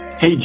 Hey